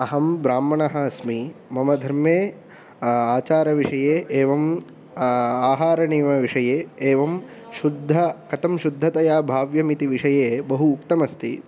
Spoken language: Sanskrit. अहं ब्राह्मणः अस्मि मम धर्मे आचारविषये एवम् आहारनियमविषये एवं शुद्धः कथं शुद्धतया भाव्यम् इति विषये बहु उक्तम् अस्ति